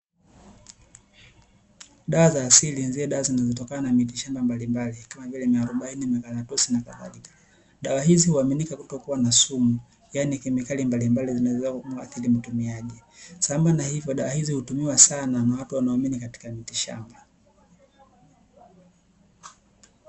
Dawa za asili ni zile dawa zinazotokana na miti mbalimbali kama vile miarubaini, mikaratusi na kadhalika, dawa hizi huaminika kutokuwa na sumu yaani kemikali mbalimbali zinazoweza kumuathiri mtumiaji, sambamba na hivo dawa hizi hutumiwa sana na watu wanaoamini katika miti shamba.